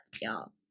y'all